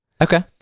Okay